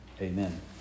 amen